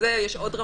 יש עוד רמזור.